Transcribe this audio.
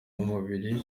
umubiri